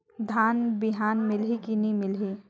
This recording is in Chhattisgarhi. धान बिहान मिलही की नी मिलही?